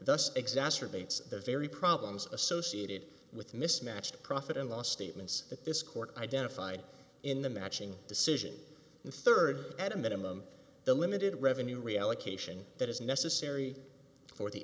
thus exacerbates the very problems associated with mismatched profit and loss statements that this court identified in the matching decision the third at a minimum the limited ave reallocation that is necessary for the